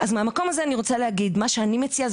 אז מה המקום הזה אני רוצה להגיד מה שאני מציעה זה